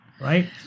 Right